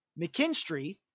McKinstry